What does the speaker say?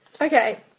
Okay